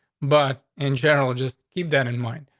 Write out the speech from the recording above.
but in general, just keep that in mind.